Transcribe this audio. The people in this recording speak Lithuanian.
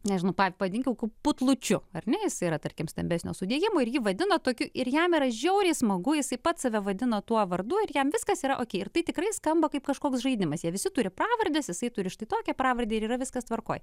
nežinau pa pavadinkim putlučiu ar ne jis yra tarkim stambesnio sudėjimo ir ji vadina tokiu ir jam yra žiauriai smagu jisai pats save vadino tuo vardu ir jam viskas yra okei ir tai tikrai skamba kaip kažkoks žaidimas jie visi turi pravardes jisai turi štai tokią pravardę ir yra viskas tvarkoj